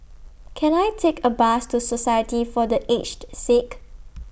Can I Take A Bus to Society For The Aged Sick